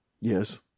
Yes